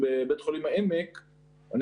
פרופסור רוטשטיין,